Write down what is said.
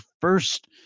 first